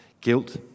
guilt